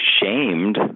shamed